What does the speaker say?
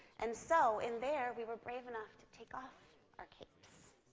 and so in there, we were brave enough to take off our capes.